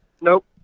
Nope